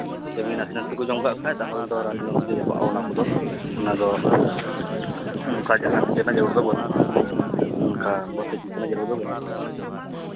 ᱮᱢᱱᱤ ᱱᱟᱥᱮ ᱱᱟᱥᱮ ᱠᱚ ᱡᱚᱢ ᱟᱠᱟᱫ ᱠᱷᱟᱱ ᱛᱟᱦᱚᱞᱮ ᱫᱚ ᱨᱟᱱ ᱡᱚᱢ ᱛᱮᱜᱮ ᱪᱟᱵᱟᱜᱼᱟ ᱚᱱᱟ ᱠᱚᱫᱚ ᱚᱱᱟᱫᱚ ᱚᱱᱠᱟᱜᱮ ᱪᱮᱫ ᱨᱮᱱᱟᱜ ᱡᱳᱨ ᱫᱚ ᱵᱟᱹᱱᱩᱜᱼᱟ ᱚᱱᱠᱟ ᱫᱚ ᱵᱟᱹᱱᱩᱜᱼᱟ